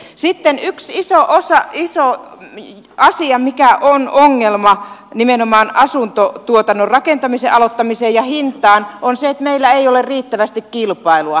sitten yksi iso asia mikä on ongelma nimenomaan asuntotuotannon rakentamisen aloittamisessa ja hinnassa on se että meillä ei ole riittävästi kilpailua